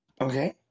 Okay